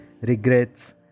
Regrets